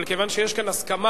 אבל כיוון שיש כאן הסכמה,